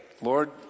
Lord